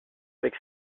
avec